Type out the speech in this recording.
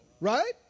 Right